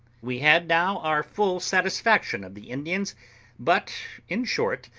we had now our full satisfaction of the indians but, in short,